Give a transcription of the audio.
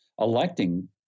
electing